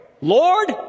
Lord